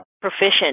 proficient